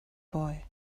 boy